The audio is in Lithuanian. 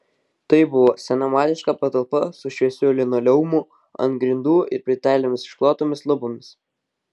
tai buvo senamadiška patalpa su šviesiu linoleumu ant grindų ir plytelėmis išklotomis lubomis